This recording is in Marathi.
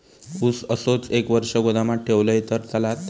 ऊस असोच एक वर्ष गोदामात ठेवलंय तर चालात?